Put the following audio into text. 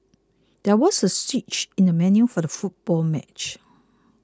there was a switch in the venue for the football match